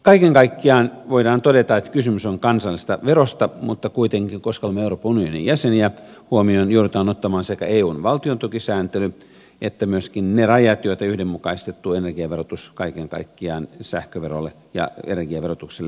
kaiken kaikkiaan voidaan todeta että kysymys on kansallisesta verosta mutta kuitenkin koska olemme euroopan unionin jäseniä huomioon joudutaan ottamaan sekä eun valtiontukisääntely että myöskin ne rajat joita yhdenmukaistettu energiaverotus kaiken kaikkiaan sähköverolle ja energiaverotukselle asettaa